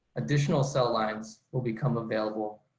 additional cell lines will become available